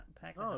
pack